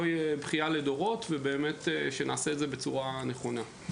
תהיה בכייה לדורות ונעשה את זה בצורה נכונה.